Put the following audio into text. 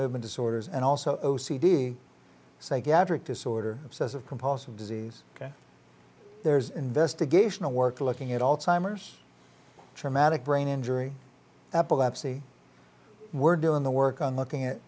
movement disorders and also o c d psychiatric disorder obsessive compulsive disease ok there's investigational work looking at all timers traumatic brain injury epilepsy we're doing the work on looking at